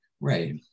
Right